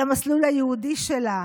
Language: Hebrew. למסלול היהודי שלה.